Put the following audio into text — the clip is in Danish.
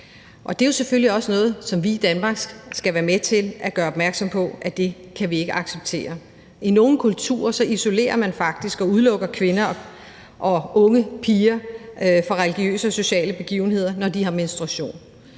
det er jo selvfølgelig også noget, som vi i Danmark skal være med til at gøre opmærksom på at vi ikke kan acceptere. I nogle kulturer isolerer man faktisk og udelukker kvinder og unge piger fra religiøse og sociale begivenheder, når de har menstruation.